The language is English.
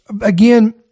again